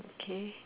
okay